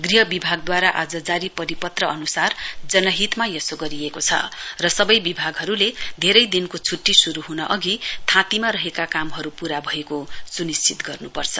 गृह विभागद्वारा आज जारी परिपत्र अनुसार जनहितमा यसो गरिएको छ र सबै विभागहरूले धेरै दिनको छुट्टी शुरु हुन अधि थाँतीमा रहेका कामहरू पूरा भएको सुनिश्चित गर्नु पर्छ